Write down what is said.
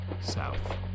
south